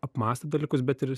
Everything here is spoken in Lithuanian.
apmąsto dalykus bet ir